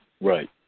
Right